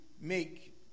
make